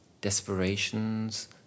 desperations